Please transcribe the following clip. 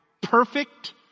perfect